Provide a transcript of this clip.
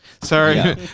Sorry